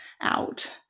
out